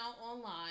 online